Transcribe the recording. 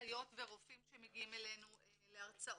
ורופאים שמגיעים אלינו להרצאות,